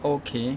okay